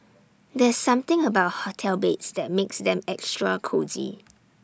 there's something about hotel beds that makes them extra cosy